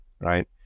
right